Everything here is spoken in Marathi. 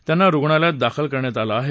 त्यांना रुग्णालयात दाखल करण्यात आलं आहे